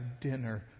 dinner